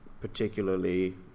particularly